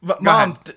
Mom